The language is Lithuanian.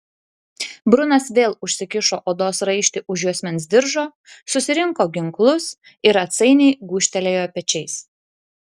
brunas vėl užsikišo odos raištį už juosmens diržo susirinko ginklus ir atsainiai gūžtelėjo pečiais